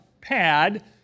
pad